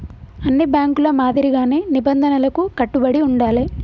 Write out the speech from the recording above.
అన్ని బ్యేంకుల మాదిరిగానే నిబంధనలకు కట్టుబడి ఉండాలే